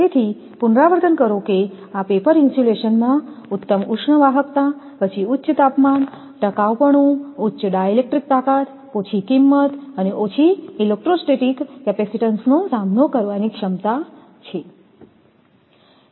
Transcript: તેથી પુનરાવર્તન કરો કે આ પેપર ઇન્સ્યુલેશનમાં ઉત્તમ ઉષ્ણ વાહકતા પછી ઉચ્ચ તાપમાન ટકાઉપણું ઉચ્ચ ડાઇલેક્ટ્રિક તાકાત ઓછી કિંમત અને ઓછી ઇલેક્ટ્રોસ્ટેટિક કેપેસિટીન્સનો સામનો કરવાની ક્ષમતા છે